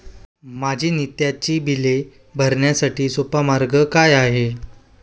माझी नित्याची बिले भरण्यासाठी सोपा मार्ग काय आहे?